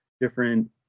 different